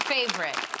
Favorite